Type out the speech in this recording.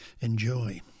Enjoy